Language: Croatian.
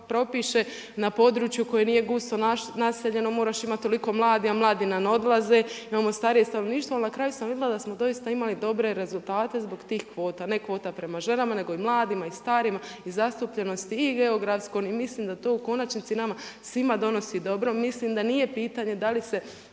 propiše na području koje nije gusto naseljeno moraš imati toliko mladih a mladi nam odlaze, imamo starije stanovništvo. Ali na kraju sam vidjela da smo doista imali dobre rezultate zbog tih kvota. Ne kvota prema ženama nego i mladima i starima i zastupljenosti i geografskoj i mislim da to u konačnici nama svima donosi dobro. Mislim da nije pitanje da li se